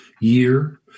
year